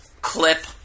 clip